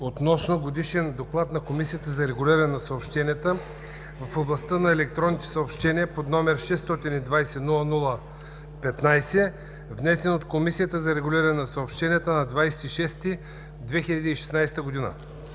относно Годишен доклад на Комисията за регулиране на съобщенията в областта на електронните съобщения, № 620-00-15, внесен от Комисията за регулиране на съобщенията на 20 юни